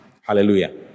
Hallelujah